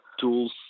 tools